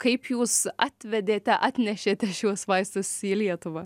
kaip jūs atvedėte atnešėte šiuos vaistus į lietuvą